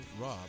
Rob